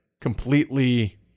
completely